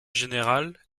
général